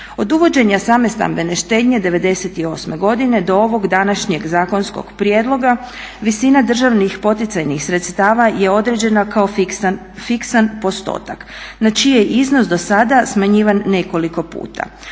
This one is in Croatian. Od uvođenja same stambene štednje '98. godine do ovog današnjeg zakonskog prijedloga visina državnih poticajnih sredstava je određena kao fiksan postotak čiji je iznos do sada smanjivan nekoliko puta.